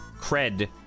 cred